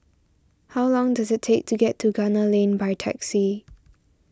how long does it take to get to Gunner Lane by taxi